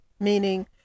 Meaning